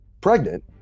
pregnant